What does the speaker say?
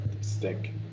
stick